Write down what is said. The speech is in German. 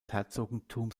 herzogtums